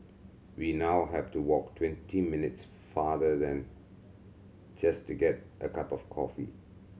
we now have to walk twenty minutes farther than just get a cup of coffee